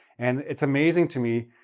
and it's amazing to me.